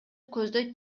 көздөй